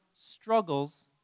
struggles